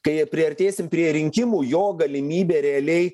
kai priartėsim prie rinkimų jo galimybė realiai